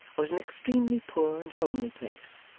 was an extremely poor and homely place,